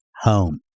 home